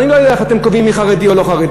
אני לא יודע איך אתם קובעים מי חרדי או לא חרדי,